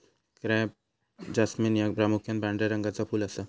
crape jasmine ह्या प्रामुख्यान पांढऱ्या रंगाचा फुल असा